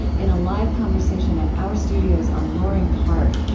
in a live conversation at our studios on loring park,